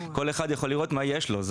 כל אחד יכול לראות מה יש לו,